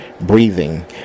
Breathing